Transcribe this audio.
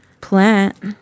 plant